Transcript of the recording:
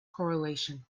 correlation